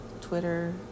Twitter